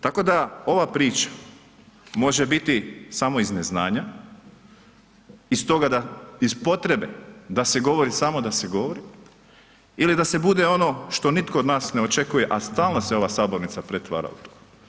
Tako da, ova priča može bit samo iz neznanja i stoga da iz potrebe da se govori samo da se govori ili da se bude ono što nitko od nas ne očekuje, a stalno se ova sabornica pretvara u to.